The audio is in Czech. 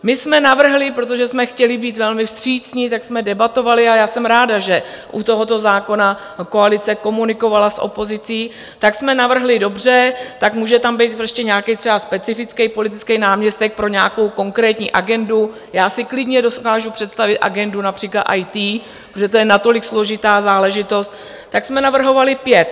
My jsme navrhli, protože jsme chtěli být velmi vstřícní, tak jsme debatovali, a já jsem ráda, že u tohoto zákona koalice komunikovala s opozicí, tak jsme navrhli: Dobře, tak může tam být ještě nějaký třeba specifický politický náměstek pro nějakou konkrétní agendu, já si klidně dokážu představit agendu například IT, protože to je natolik složitá záležitost, tak jsme navrhovali pět.